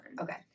okay